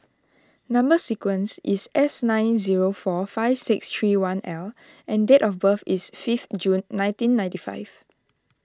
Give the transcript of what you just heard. Number Sequence is S nine zero four five six three one L and date of birth is fifth June nineteen ninety five